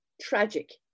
tragic